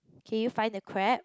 can you find the crab